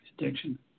addiction